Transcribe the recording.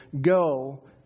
go